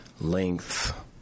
length